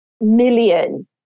million